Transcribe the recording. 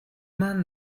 маань